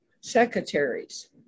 secretaries